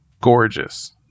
gorgeous